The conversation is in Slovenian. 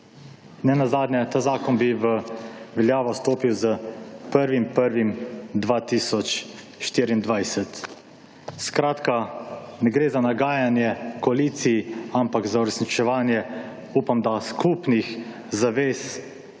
Nenazadnje, ta zakon bi v veljavo stopil z 1. 1. 2024. Skratka, ne gre za nagajanje koaliciji, ampak za uresničevanje, upam da, skupnih zavez